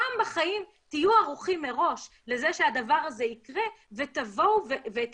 פעם בחיים תהיו ערוכים מראש לזה שהדבר הזה יקרה ותבואו ואת